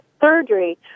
surgery